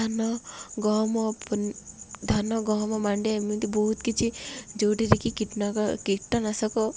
ଧାନ ଗହମ ଧାନ ଗହମ ମାଣ୍ଡିଆ ଏମିତି ବହୁତ କିଛି ଯୋଉଠରେ କି କୀଟନାଶକ